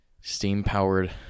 steam-powered